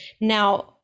Now